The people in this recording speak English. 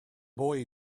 boy